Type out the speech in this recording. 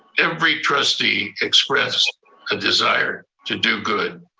every trustee expressed a desire to do good.